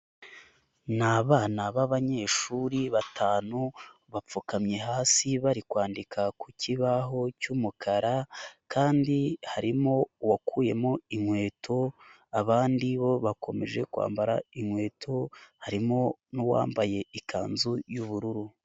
Ni abana b'abanyeshuri batanu, bapfukamye hasi bari kwandika ku kibaho cy'umukara kandi harimo uwakuyemo inkweto, abandi bo bakomeje kwambara inkweto, harimo n'uwambaye ikanzu y'ubururu.